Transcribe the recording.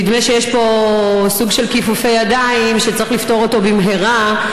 נדמה שיש פה סוג של כיפופי ידיים שצריך לפתור במהרה,